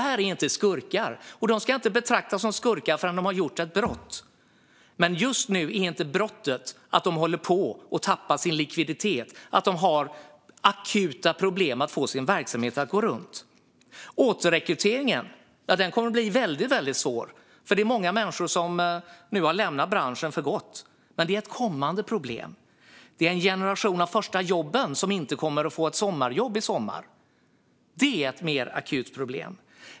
De är inte skurkar, och de ska inte betraktas som skurkar förrän de har begått ett brott. Men det är inte ett brott att de just nu håller på att tappa sin likviditet, att de har akuta problem med att få sin verksamhet att gå runt. Återrekryteringen kommer att bli väldigt svår. Många har lämnat branschen för gott. Men det är ett kommande problem. Den generation som ska ha sitt första jobb kommer inte att få några sommarjobb i sommar. Det är ett mer akut problem.